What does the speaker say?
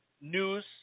news